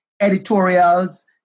editorials